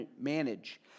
manage